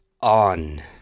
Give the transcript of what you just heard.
On